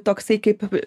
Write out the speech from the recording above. toksai kaip